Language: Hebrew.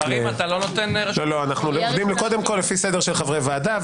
אנחנו לפי סדר חברי הוועדה.